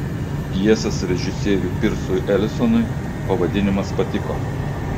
pjesės režisieriui pirsui elisonui pavadinimas patiko